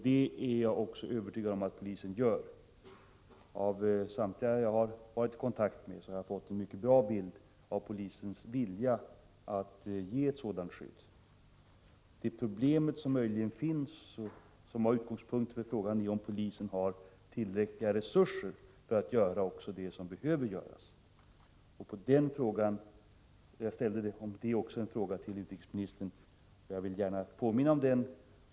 Det är jag också övertygad om att polisen gör. Av samtliga som jag har varit i kontakt med har jag fått en mycket bra bild av polisens vilja att ge ett sådant skydd. Det problem som möjligen finns, och som var utgångspunkt för frågan, är om polisen har tillräckliga resurser för att också göra det som behöver göras. Jag ställde även en fråga om detta till utrikesministern, och jag vill gärna påminna om den.